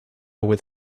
with